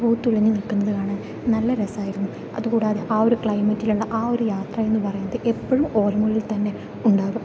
പൂത്തുലഞ്ഞു നിൽക്കുന്നത് കാണാൻ നല്ല രസമായിരുന്നു അത് കൂടാതെ ആ ഒരു ക്ലൈമറ്റിലുള്ള ആ ഒരു യാത്ര എന്ന് പറയുന്നത് എപ്പോഴും ഓർമകളിൽത്തന്നെ ഉണ്ടാവും